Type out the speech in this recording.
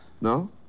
No